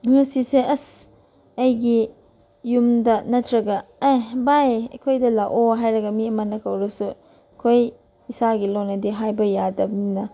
ꯉꯁꯤꯁꯦ ꯑꯁ ꯑꯩꯒꯤ ꯌꯨꯝꯗ ꯅꯠꯇ꯭ꯔꯒ ꯑꯦ ꯚꯥꯏ ꯑꯩꯈꯣꯏꯗ ꯂꯥꯛꯑꯣ ꯍꯥꯏꯔꯒ ꯃꯤ ꯑꯃꯅ ꯀꯧꯔꯁꯨ ꯑꯩꯈꯣꯏ ꯏꯁꯥꯒꯤ ꯂꯣꯟꯗꯗꯤ ꯍꯥꯏꯕ ꯌꯥꯗꯕꯅꯤꯅ